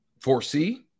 foresee